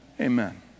Amen